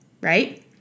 right